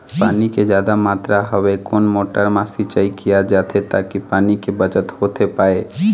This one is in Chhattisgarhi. पानी के जादा मात्रा हवे कोन मोटर मा सिचाई किया जाथे ताकि पानी के बचत होथे पाए?